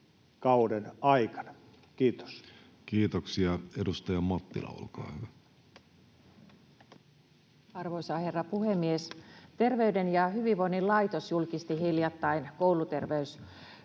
Kiitos. Kiitoksia. — Edustaja Mattila, olkaa hyvä. Arvoisa herra puhemies! Terveyden ja hyvinvoinnin laitos julkisti hiljattain kouluterveyskyselyn